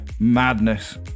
Madness